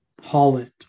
holland